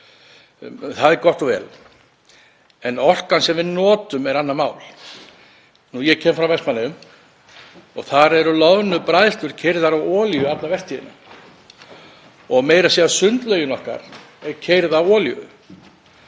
Það er gott og vel. En orkan sem við notum er annað mál. Ég kem frá Vestmannaeyjum og þar eru loðnubræðslur keyrðar á olíu alla vertíðina og meira að segja sundlaugin okkar er keyrð á olíu.